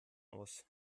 aus